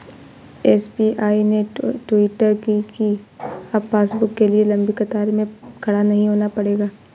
SBI ने tweet किया कि अब पासबुक के लिए लंबी कतार में खड़ा नहीं होना पड़ेगा